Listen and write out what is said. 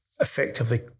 effectively